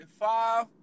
five